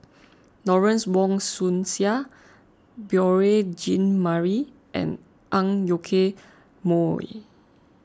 Lawrence Wong Shyun Tsai Beurel Jean Marie and Ang Yoke Mooi